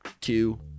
two